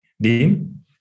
Dean